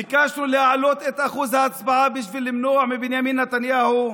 ביקשנו להעלות את אחוז ההצבעה בשביל למנוע מבנימין נתניהו.